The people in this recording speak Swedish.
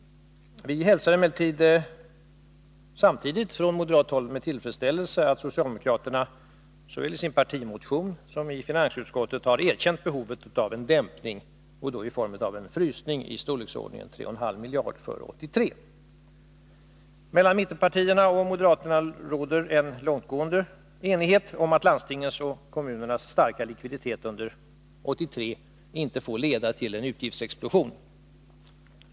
Vi hälsar emellertid samtidigt från moderat håll med tillfredsställelse att socialdemokraterna såväl i sin partimotion som i finansutskottet har erkänt behovet av en dämpning — i form av en ”frysning” — i storleksordningen 3,5 miljarder för 1983. Mellan mittenpartierna och moderaterna råder en långtgående enighet om att landstingens och kommunernas starka likviditet under 1983 inte får leda till en utgiftsexplosion.